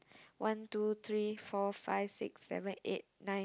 one two three four five six seven eight nine